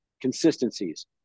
Consistencies